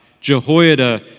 Jehoiada